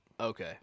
Okay